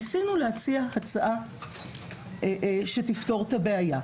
ניסינו להציע הצעה שתפתור את הבעיה.